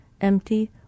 empty